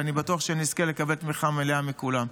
ואני בטוח שנזכה לקבל תמיכה מלאה מכולם.